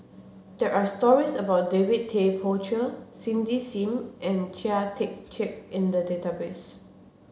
there are stories about David Tay Poey Cher Cindy Sim and Chia Tee Chiak in the database